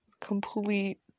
complete